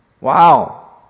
Wow